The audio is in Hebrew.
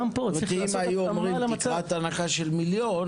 אם היו אומרים תקרת הנחה של מיליון,